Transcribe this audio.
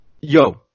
Yo